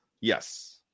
Yes